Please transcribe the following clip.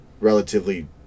relatively